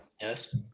Yes